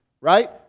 right